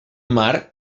mar